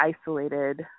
isolated